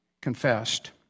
confessed